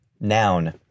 noun